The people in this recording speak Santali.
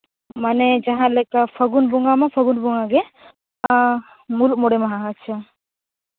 ᱢᱟᱱᱮ ᱡᱟᱦᱟᱸ ᱞᱮᱠᱟ ᱯᱷᱟᱹᱜᱩᱱ ᱢᱟ ᱯᱷᱟᱹᱜᱩᱱ ᱵᱚᱸᱜᱟ ᱜᱮ ᱢᱩᱞᱩᱜ ᱢᱚᱬᱮ ᱢᱟᱦᱟ ᱟᱪᱪᱷᱟ